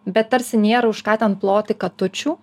bet tarsi nėra už ką ten ploti katučių